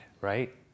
right